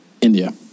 India